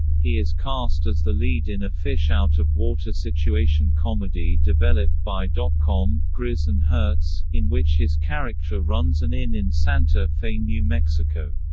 he is cast as the lead in a fish-out-of-water situation comedy developed by dot com, grizz and herz, in which his character runs an inn in santa fe, new mexico.